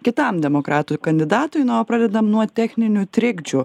kitam demokratų kandidatui na o pradedam nuo techninių trikdžių